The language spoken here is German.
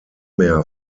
mehr